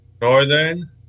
Northern